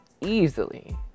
easily